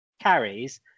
carries